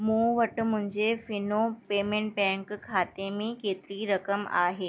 मूं वटि मुंहिंजे फीनो पेमेंट बैंक खाते में केतिरी रक़म आहे